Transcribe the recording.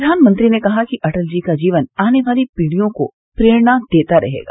प्रधानमंत्री ने कहा कि अटल जी का जीवन आने वाली पीढ़ियों को प्रेरणा देता रहेगा